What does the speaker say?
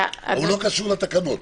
אבל הוא לא קשור לתקנות.